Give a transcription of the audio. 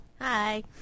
Hi